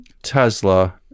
Tesla